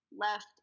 left